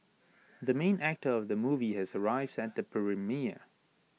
the main actor of the movie has arrived at the premiere